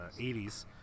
80s